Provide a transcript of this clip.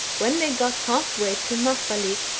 when they got half-way to mafvahli,